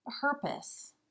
purpose